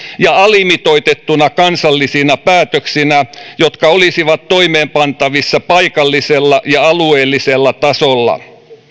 ja alimitoitettuina kansallisina päätöksinä jotka olisivat toimeenpantavissa paikallisella ja alueellisella tasolla